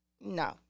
No